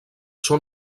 són